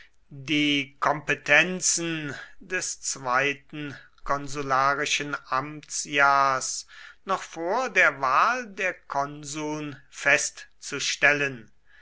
die kompetenzen des zweiten konsularischen amtsjahrs nach vor der wahl der konsuln festzustellen